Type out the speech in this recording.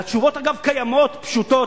והתשובות, אגב, קיימות, פשוטות.